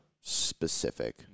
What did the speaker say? specific